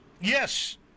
Yes